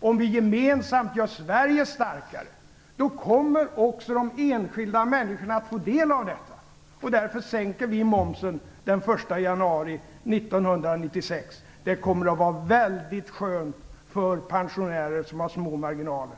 och om vi gemensamt gör Sverige starkare, kommer också de enskilda människorna att få en del av detta. Därför sänker vi momsen den 1 januari 1996. Det kommer att vara väldigt skönt för pensionärer som har små marginaler.